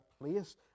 place